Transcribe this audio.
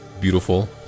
beautiful